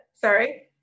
Sorry